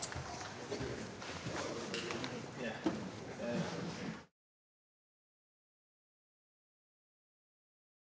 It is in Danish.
Tak